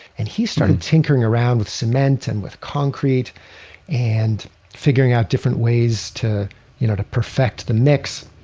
and he started tinkering around with cement and with concrete and figuring out different ways to you know to perfect the mix.